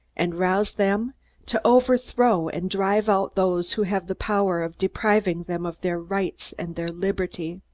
and rouse them to overthrow and drive out those who have the power of depriving them of their rights and their liberty.